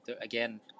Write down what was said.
Again